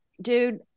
dude